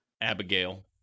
Abigail